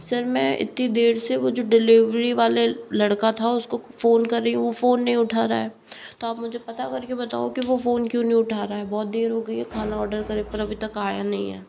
sir मैं इतनी देर से वो जो डेलीवेरी वाले लड़का था उसको फ़ोन कर रही हूँ वो फ़ोन नहीं उठा रहा है तो आप मुझे पता करके बताओ कि वो फ़ोन क्यों नहीं उठा रहा है बहुत देर हो गई है खाना ऑर्डर करके पर अभी तक आया नहीं है